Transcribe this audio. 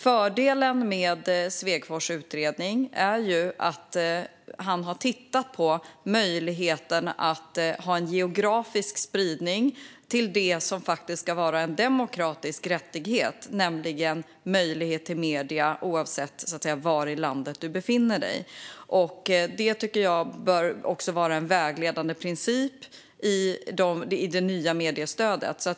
Fördelen med Svegfors utredning är att han har tittat på möjligheten att ha en geografisk spridning av det som ska vara en demokratisk rättighet, nämligen möjlighet till medier oavsett var i landet du befinner dig. Det tycker jag bör vara en vägledande princip också i det nya mediestödet.